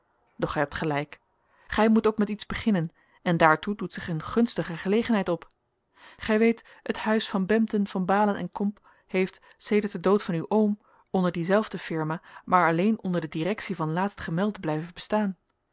doch gij hebt gelijk gij moet ook met iets beginnen en daartoe doet zich eene gunstige gelegenheid op gij weet het huis van bempden van baalen en comp heeft sedert den dood van uw oom onder die zelfde firma maar alleen onder de directie van laatstgemelde blijven bestaan